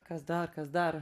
kas dar kas dar